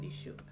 issue